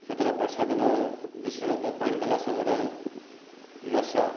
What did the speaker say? ସେଥିରେ ବର୍ଷା ଦିନ ବିଶେଷତଃ ପାଣି ଦେଲା ସମୟରେ ମଶା